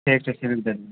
ठीक छै सिबैलए दए देबै